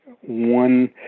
one